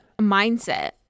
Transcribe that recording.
mindset